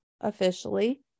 officially